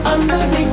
Underneath